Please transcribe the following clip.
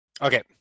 Okay